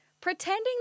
pretending